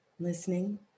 Listening